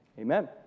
Amen